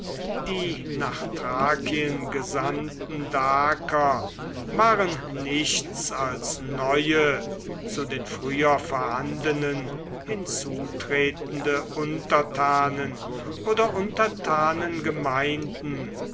die nach thrakien gesandten daker waren nichts als neue zu den früher vorhandenen hinzutretende untertanen oder